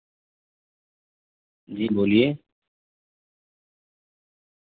جی بولیے